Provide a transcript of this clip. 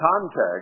context